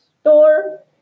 store